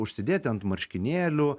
užsidėti ant marškinėlių